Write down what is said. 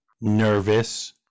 nervous